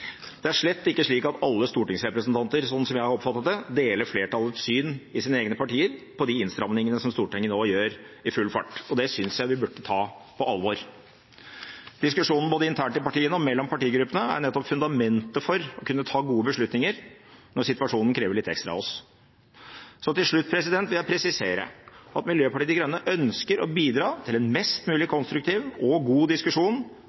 Det er slett ikke slik at alle stortingsrepresentanter – sånn som jeg har oppfattet det – deler flertallets syn i sine egne partier på de innstramningene som Stortinget nå gjør i full fart, og det synes jeg vi burde ta på alvor. Diskusjonen både internt i partiene og mellom partigruppene er nettopp fundamentet for å kunne ta gode beslutninger når situasjonen krever litt ekstra av oss. Til slutt vil jeg presisere at Miljøpartiet De Grønne ønsker å bidra til en mest mulig konstruktiv og god diskusjon